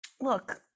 Look